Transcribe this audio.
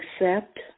accept